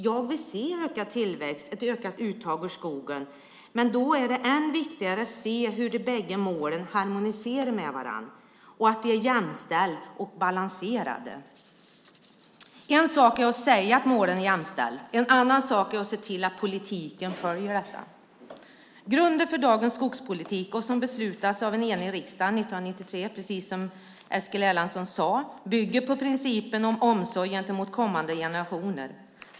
Jag vill se ökad tillväxt och ett ökat uttag ur skogen, men då är det än viktigare att se hur de bägge målen harmoniserar med varandra och att de är jämställda och balanserade. En sak är att säga att målen är jämställda. En annan sak är att se till att politiken följer detta. Grunden för dagens skogspolitik, som beslutades av en enig riksdag 1993, precis som Eskil Erlandsson sade, bygger på principen om omsorg gentemot kommande generationer.